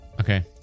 okay